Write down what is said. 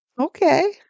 okay